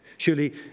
Surely